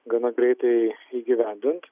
gana greitai įgyvendint